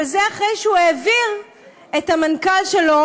אבל זה אחרי שהוא העביר את המנכ"ל שלו